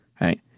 right